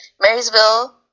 Marysville